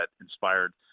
inspired